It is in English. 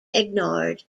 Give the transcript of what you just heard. ignored